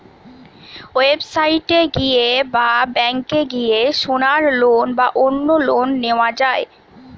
website এ গিয়ে বা ব্যাংকে গিয়ে সোনার লোন বা অন্য লোন নেওয়া যায়